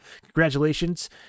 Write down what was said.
congratulations